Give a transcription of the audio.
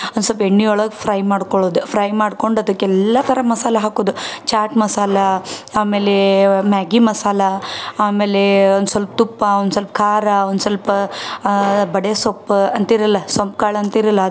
ಒಂದು ಸ್ವಲ್ಪ ಎಣ್ಣೆ ಒಳಗೆ ಫ್ರೈ ಮಾಡ್ಕೊಳ್ಳೊದು ಫ್ರೈ ಮಾಡ್ಕೊಂಡು ಅದಕ್ಕೆ ಎಲ್ಲ ಥರ ಮಸಾಲ ಹಾಕೋದು ಚಾಟ್ ಮಸಾಲ ಆಮೇಲೆ ಮ್ಯಾಗಿ ಮಸಾಲ ಆಮೇಲೆ ಒಂದು ಸ್ವಲ್ಪ ತುಪ್ಪ ಒಂದು ಸ್ವಲ್ಪ ಖಾರ ಒಂದು ಸ್ವಲ್ಪ ಬಡೆಸೊಪ್ಪ ಅಂತೀರಲ್ಲ ಸೋಂಪು ಕಾಳು ಅಂತೀರಲ್ಲ ಅದು